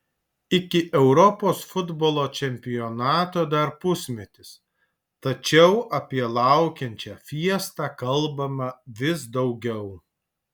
iki europos futbolo čempionato dar pusmetis tačiau apie laukiančią fiestą kalbama vis daugiau